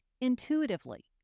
intuitively